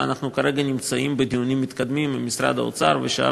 וכרגע אנחנו נמצאים בדיונים מתקדמים עם משרד האוצר ושאר